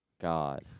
God